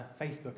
Facebook